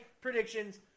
predictions